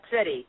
City